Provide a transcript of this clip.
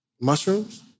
Mushrooms